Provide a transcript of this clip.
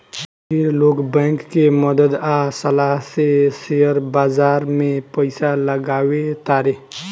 ढेर लोग बैंक के मदद आ सलाह से शेयर बाजार में पइसा लगावे तारे